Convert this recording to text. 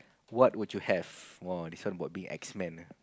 what would you have !wah! this one would be X-Men ah